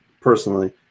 personally